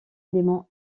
élément